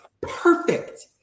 perfect